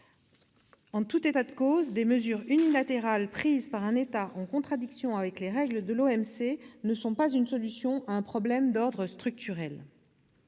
En tout état de cause, des mesures unilatérales prises par un État en contradiction avec les règles de l'OMC ne sont pas une solution à un problème d'ordre structurel.